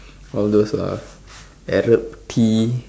all those lah Arab tea